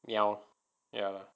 niao niao